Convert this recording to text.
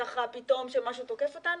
פתאום כשמשהו תוקף אותנו,